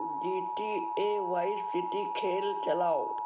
ji T A vice city खेल चलाओ